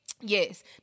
Yes